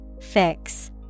Fix